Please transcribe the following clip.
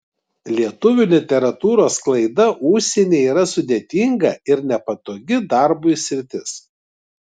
lietuvių literatūros sklaida užsienyje yra sudėtinga ir nepatogi darbui sritis